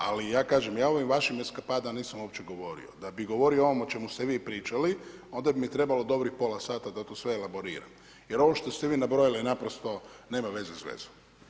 Ali ja kažem, ja o ovim vašim eskapadama nisam uopće govorio. da bi govorio ovo o čemu ste vi pričali, onda bi mi trebalo dobrih pola sata da to sve elaboriram jer ovo što ste vi nabrojali, naprosto nema veze s vezom.